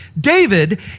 David